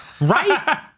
right